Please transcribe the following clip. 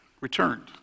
returned